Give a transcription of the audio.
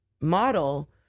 model